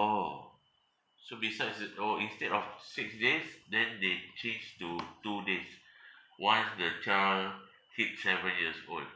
orh so besides it orh instead of six days then they change to two days once the child six seven years old